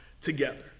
together